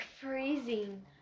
freezing